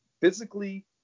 physically